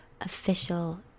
official